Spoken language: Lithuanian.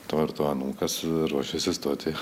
to ir to anūkas ruošiasi stoti